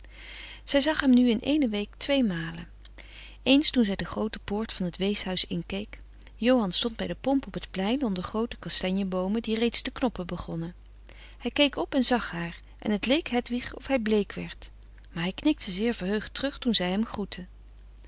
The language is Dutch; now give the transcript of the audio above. zij zag hem nu in ééne week tweemalen eens toen zij de groote poort van het weeshuis inkeek johan stond bij de pomp op het plein onder groote kastanjeboomen die reeds te knoppen begonnen hij keek op en zag haar en het leek hedwig of hij bleek werd maar hij knikte zeer verheugd terug toen zij hem groette